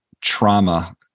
trauma